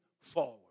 forward